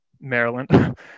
Maryland